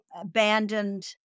abandoned